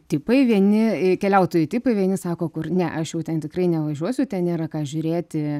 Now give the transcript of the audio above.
tipai vieni keliautojų tipai vieni sako kur ne aš jau ten tikrai nevažiuosiu ten nėra ką žiūrėti